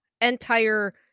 entire